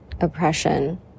oppression